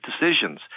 decisions